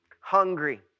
hungry